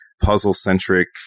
puzzle-centric